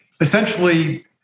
essentially